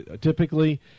typically